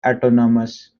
autonomous